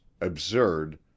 absurd